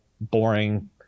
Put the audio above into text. boring